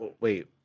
wait